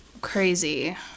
Crazy